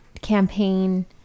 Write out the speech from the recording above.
campaign